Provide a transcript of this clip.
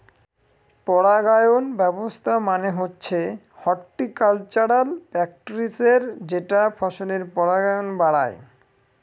পরাগায়ন ব্যবস্থা মানে হচ্ছে হর্টিকালচারাল প্র্যাকটিসের যেটা ফসলের পরাগায়ন বাড়ায়